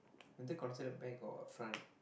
is it considered back or front